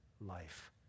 life